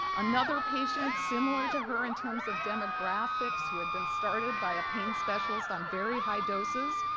another patient similar to her in terms of demographics who had been started by a pain specialist on very high doses,